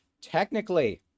Technically